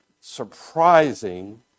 surprising